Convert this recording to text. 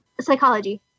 Psychology